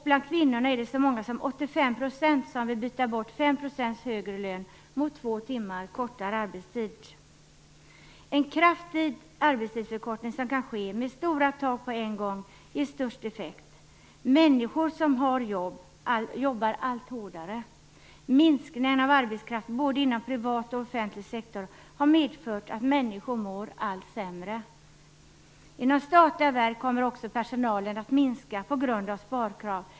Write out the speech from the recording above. Bland kvinnorna är det så många som 85 % som vill byta bort En kraftig arbetstidsförkortning som kan ske med stora tal på en gång ger störst effekt. Människor som har jobb jobbar allt hårdare. Minskningen av arbetskraft både inom privat och offentlig sektor har medfört att människor mår allt sämre. Inom statliga verk kommer personalen att minska på grund av sparkrav.